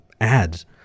ads